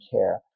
care